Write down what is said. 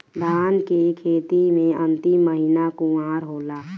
धान के खेती मे अन्तिम महीना कुवार होला?